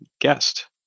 guest